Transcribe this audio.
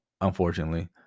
unfortunately